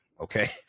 Okay